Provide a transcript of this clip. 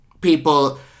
people